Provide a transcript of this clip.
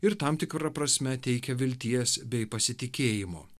ir tam tikra prasme teikia vilties bei pasitikėjimo